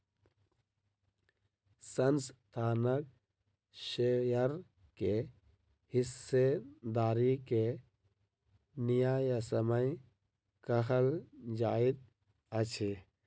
संस्थानक शेयर के हिस्सेदारी के न्यायसम्य कहल जाइत अछि